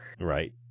Right